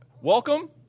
Welcome